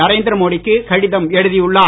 நரேந்திர மோடிக்கு கடிதம் எழுதியுள்ளார்